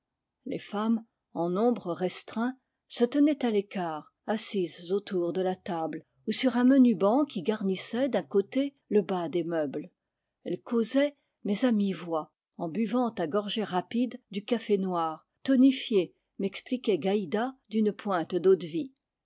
les femmes en nombre restreint se tenaient à l'écart assises autour de la table ou sur un menu banc qui garnissait d'un côté le bas des meubles elles causaient mais à mi-voix en buvant à gorgées rapides du café noir tonifié m'expliquait gaïda d'une pointe